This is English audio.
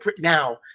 now